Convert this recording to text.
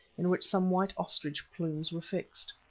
in which some white ostrich plumes were fixed.